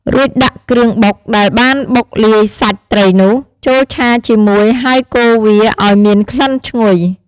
រួចដាក់គ្រឿងបុកដែលបានបុកលាយសាច់ត្រីនោះ ចូលឆាជាមួយហើយកូរវាឲ្យមានក្លិនឈ្ងុយ។